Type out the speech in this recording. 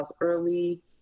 early